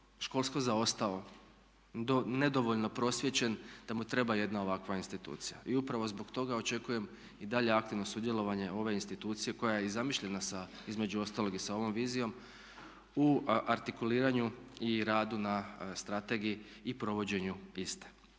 školsko zaostao, nedovoljno prosvijećen, da mu treba jedna takva institucija. I upravo zbog toga očekujem i dalje aktivno sudjelovanje ove institucije koja je i zamišljena između ostaloga i sa ovom vizijom u artikuliranju i radu na strategiji i provođenju iste.